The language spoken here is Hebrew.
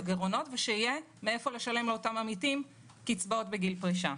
הגירעונות ושיהיה מאיפה לשלם לאותם עמיתים קצבאות בגיל פרישה.